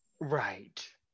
Right